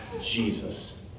Jesus